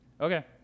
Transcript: Okay